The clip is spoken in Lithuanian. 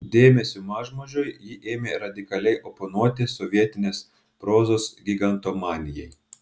dėmesiu mažmožiui ji ėmė radikaliai oponuoti sovietinės prozos gigantomanijai